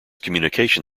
communication